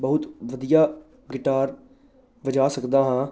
ਬਹੁਤ ਵਧੀਆ ਗਿਟਾਰ ਵਜਾ ਸਕਦਾ ਹਾਂ